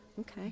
Okay